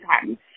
time